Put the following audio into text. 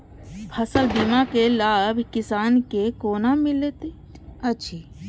फसल बीमा के लाभ किसान के कोना मिलेत अछि?